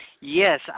Yes